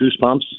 Goosebumps